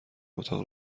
اتاق